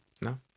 No